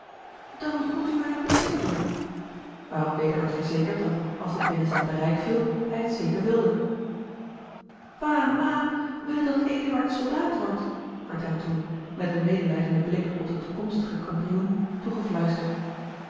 dan moet u mij een pleizier doen waarop weder werd verzekerd dat als dit binnen zijn bereik viel hij het zeker wilde pa en ma willen dat eduard soldaat wordt werd hem toen met een medelijdenden blik op den toekomstigen kampioen